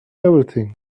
everything